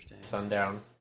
sundown